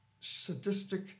sadistic